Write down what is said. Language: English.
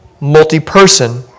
multi-person